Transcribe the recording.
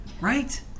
right